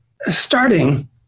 starting